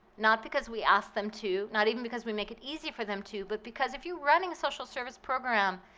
not because we ask them to, not even because we make it easy for them to but because if you're running a social services program,